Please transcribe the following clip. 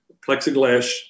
plexiglass